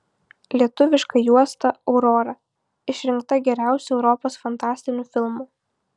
lietuviška juosta aurora išrinkta geriausiu europos fantastiniu filmu